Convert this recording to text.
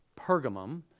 Pergamum